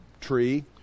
Tree